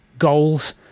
goals